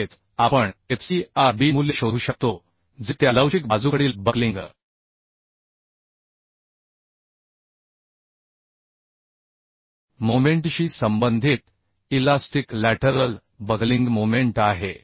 तसेच आपण f c r b मूल्य शोधू शकतो जे त्या लवचिक बाजूकडील बक्लिंग मोमेंटशी संबंधित इलास्टिक लॅटरल बकलिंग मोमेंट आहे